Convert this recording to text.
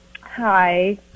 Hi